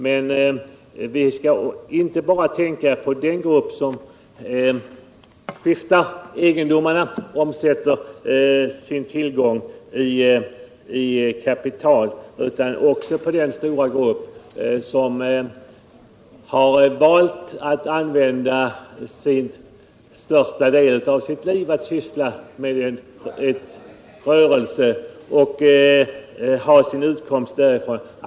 Men vi skall inte bara tänka på den grupp som säljer egendomarna och omsätter sin tillgång i kapital utan också på den stora grupp som har valt att använda största delen av sitt liv till att syssla med en rörelse och har sin utkomst därifrån.